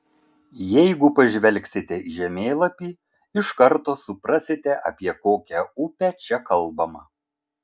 jeigu pažvelgsite į žemėlapį iš karto suprasite apie kokią upę čia kalbama